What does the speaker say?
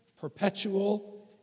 perpetual